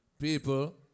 people